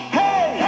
hey